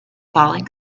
falling